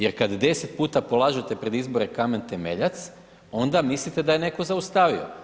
Jer kada 10 puta polažete pred izbore kamen temeljac, onda mislite da je netko zaustavio.